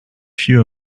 few